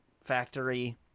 Factory